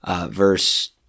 verse